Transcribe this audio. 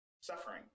suffering